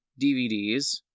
DVDs